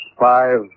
Five